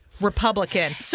Republican